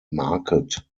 market